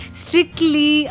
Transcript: strictly